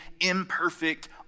imperfect